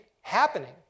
happening